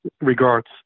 regards